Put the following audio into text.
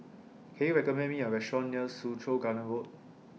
Can YOU recommend Me A Restaurant near Soo Chow Garden Road